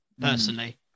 Personally